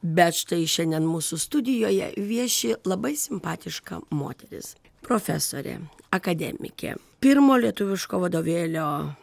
bet štai šiandien mūsų studijoje vieši labai simpatiška moteris profesorė akademikė pirmo lietuviško vadovėlio